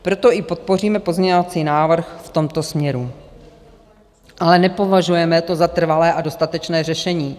Proto i podpoříme pozměňovací návrh v tomto směru, ale nepovažujeme to za trvalé a dostatečné řešení.